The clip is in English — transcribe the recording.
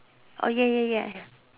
oh ya ya ya